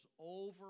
over